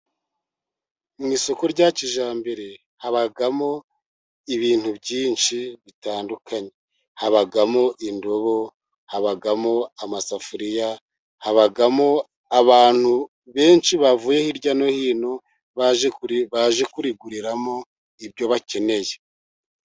Mu isoko rya kijyambere habamo ibintu byinshi bitandukanye, habamo indobo, habamo amasafuriya, habamo abantu benshi bavuye hirya no hino baje kuriguriramo ibyo bakeneye.